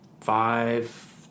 five